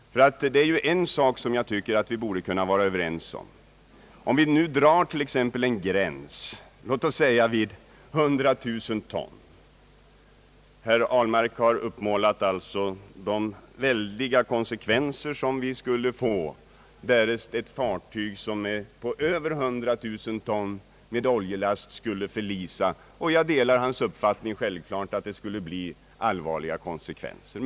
Det är något som jag tycker att vi borde kunna vara överens om. Herr Ahlmark har målat upp de väldiga konsekvenser som vi skulle få om ett fartyg på över 100 000 ton med oljelast skulle förlisa, och jag delar självklart hans uppfattning att det skulle bli allvarliga konsekvenser.